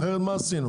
אחרת מה עשינו?